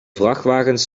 vrachtwagens